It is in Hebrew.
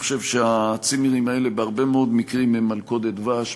אני חושב שהצימרים האלה בהרבה מאוד מקרים הם מלכודת דבש.